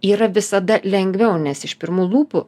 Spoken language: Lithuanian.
yra visada lengviau nes iš pirmų lūpų